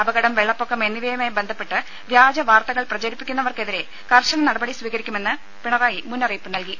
അപകടം വെള്ളപ്പൊക്കം എന്നിവയുമായി ബന്ധപ്പെട്ട് വ്യാജ വാർത്തകൾ പ്രചരിപ്പിക്കുന്നവർക്കെതിരെ കർശന നടപടി സ്വീകരിക്കുമെന്ന് പിണറായി മുന്നറിയിപ്പ് നൽകി